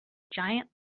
giant